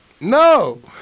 No